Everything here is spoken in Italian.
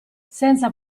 senza